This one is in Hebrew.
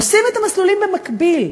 עושים את המסלולים במקביל.